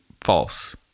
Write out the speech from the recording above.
false